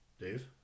Dave